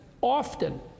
often